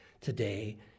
today